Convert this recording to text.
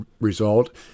result